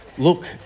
look